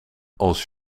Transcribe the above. als